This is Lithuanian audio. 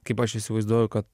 kaip aš įsivaizduoju kad